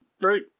Right